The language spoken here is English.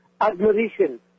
admiration